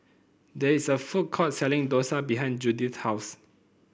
there is a food court selling dosa behind Judyth's house